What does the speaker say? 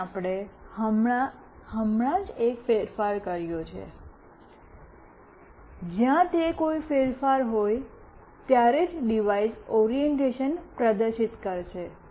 અહીં આપણે હમણાં જ એક ફેરફાર કર્યો છે જ્યાં તે કોઈ ફેરફાર હોય ત્યારે જ ડિવાઇસ ઓરિએન્ટેશન પ્રદર્શિત કરશે